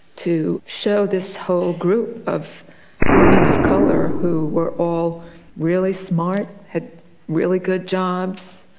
to show this whole group of women of colour who were all really smart, had really good jobs,